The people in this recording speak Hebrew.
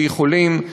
ויכולים,